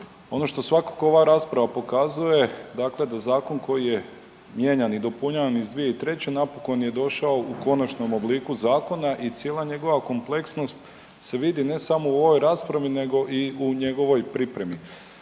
Ono što svakako ova rasprava pokazuje dakle da zakon koji je mijenjan i dopunjavan iz 2003. napokon je došao u konačnom obliku zakona i cijela njegova kompleksnost se vidi ne samo u ovoj raspravi nego i u njegovoj pripremi.